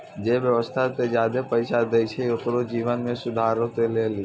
जे व्यवसाय के ज्यादा पैसा दै छै ओकरो जीवनो मे सुधारो के लेली